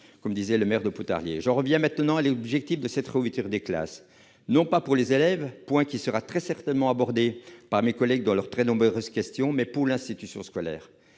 comme le disait le maire de Pontarlier. J'en viens à l'objectif de cette réouverture des classes, non pour les élèves- ce point sera très certainement abordé par mes collègues dans le cadre de leurs nombreuses questions -, mais pour l'institution scolaire.